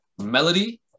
Melody